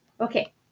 okay